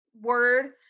word